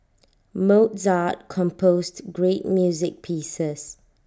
Mozart composed great music pieces